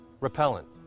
repellent